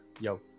yo